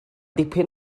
dipyn